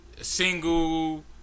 single